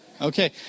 Okay